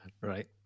Right